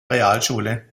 realschule